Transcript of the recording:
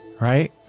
right